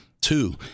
Two